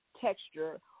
texture